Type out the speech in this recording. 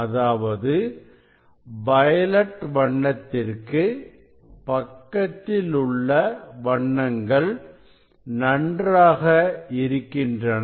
அதாவது வயலட் வண்ணத்திற்கு பக்கத்தில் உள்ள வண்ணங்கள் நன்றாக இருக்கின்றன